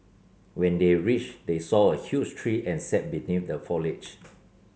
when they reached they saw a huge tree and sat beneath the foliage